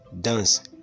Dance